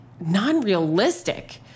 non-realistic